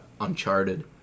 Uncharted